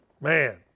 Man